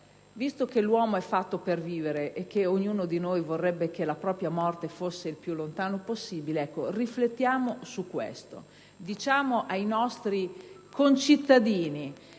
Visto che l'uomo è fatto per vivere e ognuno di noi vorrebbe che la propria morte fosse il più lontano possibile, riflettiamo su questo e diciamo ai nostri concittadini